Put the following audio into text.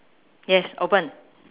yes open